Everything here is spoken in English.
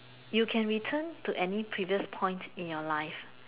you can return to any previous point in your life